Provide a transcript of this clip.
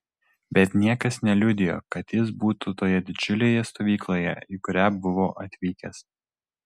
bet niekas neliudijo kad jis būtų toje didžiulėje stovykloje į kurią buvo atvykęs